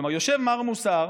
כלומר יושב מר מוסר,